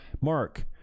Mark